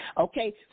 okay